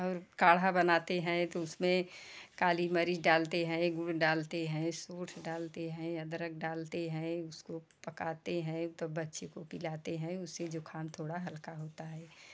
और काढ़ा बनाते हैं तो उसमें काली मिर्च डालते है गुड़ डालते है सोंठ डालते है अदरक डालते है उसको पकाते है तो बच्चे को पिलाते है उसे जुखाम थोड़ा हल्का होता है